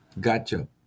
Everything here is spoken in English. Gotcha